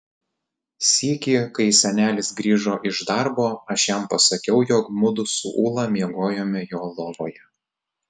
sykį kai senelis grįžo iš darbo aš jam pasakiau jog mudu su ūla miegojome jo lovoje